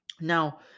now